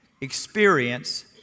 experience